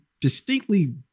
distinctly